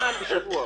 פעם בשבוע,